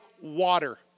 water